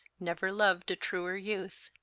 never loved a truer youthe.